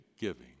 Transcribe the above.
giving